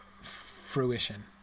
fruition